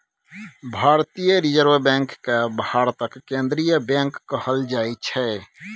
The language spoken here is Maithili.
भारतीय रिजर्ब बैंक केँ भारतक केंद्रीय बैंक कहल जाइ छै